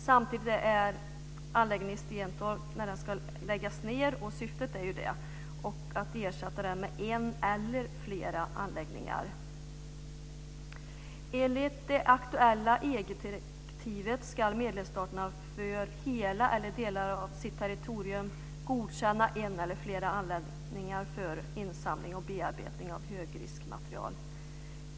Syftet är att anläggningen i Stenstorp ska läggas ned och ersättas med en eller flera anläggningar. Enligt det aktuella EG-direktivet ska medlemsstaterna för hela eller delar av sitt territorium godkänna en eller flera anläggningar för insamling och bearbetning av högriskmaterial.